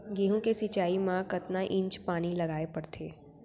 गेहूँ के सिंचाई मा कतना इंच पानी लगाए पड़थे?